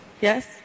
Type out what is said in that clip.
Yes